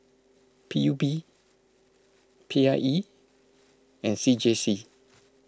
P U B P I E and C J C